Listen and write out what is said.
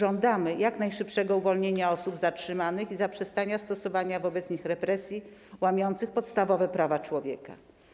Żądamy jak najszybszego uwolnienia osób zatrzymanych i zaprzestania stosowania wobec nich represji łamiących podstawowe prawa człowieka.